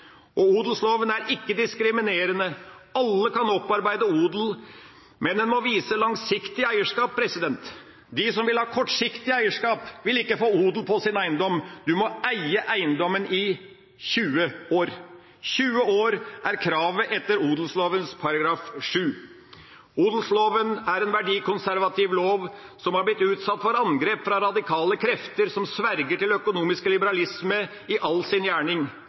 samfunnet. Odelsloven er ikke diskriminerende. Alle kan opparbeide odel, men en må vise langsiktig eierskap. De som vil ha kortsiktig eierskap, vil ikke få odel på sin eiendom. En må eie eiendommen i 20 år – 20 år er kravet etter odelsloven § 7. Odelsloven er en verdikonservativ lov, som har blitt utsatt for angrep fra radikale krefter som sverger til økonomisk liberalisme i all sin gjerning.